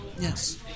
Yes